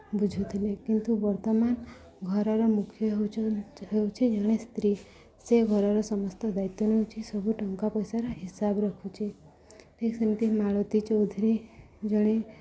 ବୁଝୁଥିଲେ କିନ୍ତୁ ବର୍ତ୍ତମାନ ଘରର ମୁଖ୍ୟ ହେଉଛନ୍ତି ହେଉଛିି ଜଣେ ସ୍ତ୍ରୀ ସେ ଘରର ସମସ୍ତ ଦାୟିତ୍ୱ ନେଉଛି ସବୁ ଟଙ୍କା ପଇସାର ହିସାବ ରଖୁଛି ଠିକ୍ ସେମିତି ମାଳତୀ ଚୌଧୁରୀ ଜଣେ